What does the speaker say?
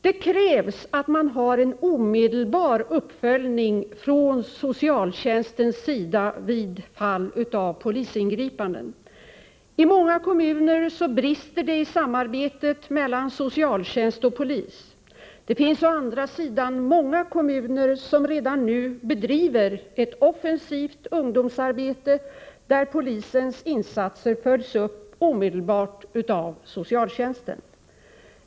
Det krävs en omedelbar uppföljning från socialtjänstens sida vid fall av polisingripanden. I många kommuner brister det i samarbetet mellan socialtjänst och polis. Det finns å andra sidan många kommuner som redan nu bedriver ett offensivt ungdomsarbete, där polisens insatser följs upp omedelbart av socialtjänsten.